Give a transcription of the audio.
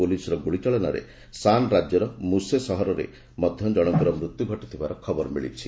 ପୁଲିସ୍ର ଗୁଳିଚାଳନାରେ ଶାନ୍ ରାଜ୍ୟର ମୁସେ ସହରରେ ମଧ୍ୟ ଜଣଙ୍କର ମୃତ୍ୟୁ ଘଟିଥିବାର ଖବର ମିଳିଛି